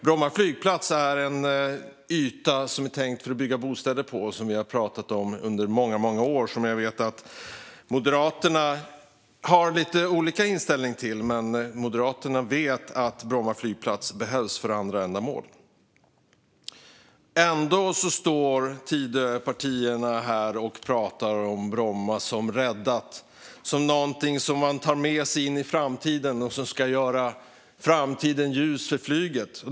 Bromma flygplats är en yta tänkt att bygga bostäder på, och det har vi pratat om under många år. Jag vet att Moderaterna har lite olika inställning till detta, men Moderaterna vet att Bromma flygplats behölls för andra ändamål. Ändå står Tidöpartierna här och pratar om Bromma som räddat, som något man tar med sig in i framtiden och som ska göra framtiden ljus för flyget.